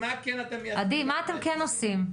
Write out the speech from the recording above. מה אתם כן עושים?